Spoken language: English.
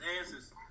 answers